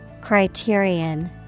Criterion